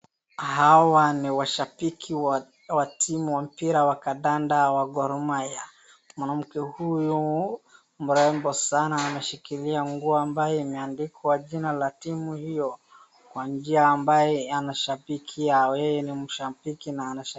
Hawa ni washabiki wa timu wa mpira wa kandanda wa Gor Mahia. Mwanamke huyu mrembo sana anashikilia nguo ambaye imeandikwa jina la timu hiyo kwa njia ambaye anashabikia. Yeye ni mshabiki na anashabikia.